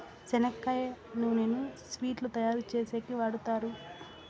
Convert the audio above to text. చెనక్కాయ నూనెను స్వీట్లు తయారు చేసేకి వాడుతారు